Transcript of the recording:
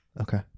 Okay